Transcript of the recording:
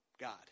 God